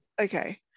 okay